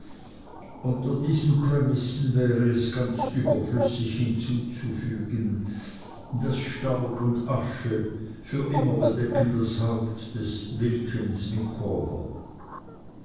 unter diese prämissen wäre es ganz überflüssig hinzuzufügen daß staub und asche für immer bedecken das haupt des wilkins